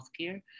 Healthcare